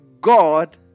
God